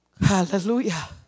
Hallelujah